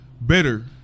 better